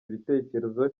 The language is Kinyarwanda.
ibitekerezo